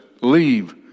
Leave